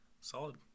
Solid